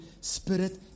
spirit